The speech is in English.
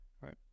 right